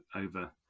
over